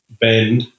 bend